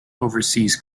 overseas